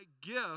gift